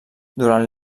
durant